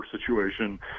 situation